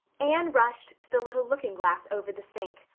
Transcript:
anne rushed to the little looking glass over the sink.